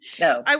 No